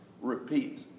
repeat